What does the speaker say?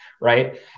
right